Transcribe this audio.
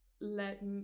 let